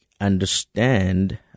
understand